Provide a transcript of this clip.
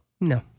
No